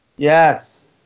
yes